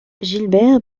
gilbert